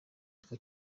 twa